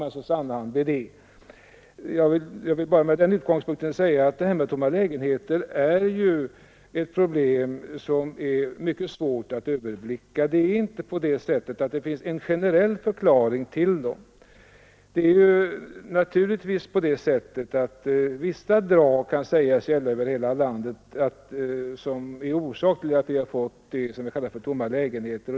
Men han stannar vid det. Problemet med tomma lägenheter är emellertid mycket svårt att överblicka. Det finns inte någon generell förklaring till det. Vissa drag i situationen kan naturligtvis sägas gälla över hela landet som orsak till att vi har fått det som vi kallar tomma lägenheter.